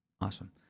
Awesome